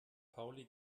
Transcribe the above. pauli